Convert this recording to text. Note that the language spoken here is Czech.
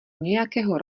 nějakého